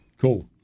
cool